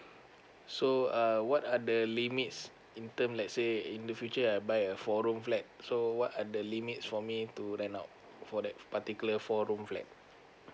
so uh what are the limits in term let say in the future I buy a four room flat so what are the limit for me to rent out for that particular four room flat